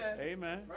Amen